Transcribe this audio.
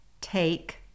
Take